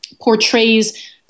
portrays